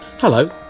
Hello